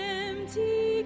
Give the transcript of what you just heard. empty